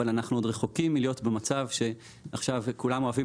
אבל אנחנו עוד רחוקים מלהיות במצב שעכשיו כולם אוהבים